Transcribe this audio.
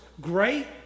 Great